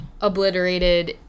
obliterated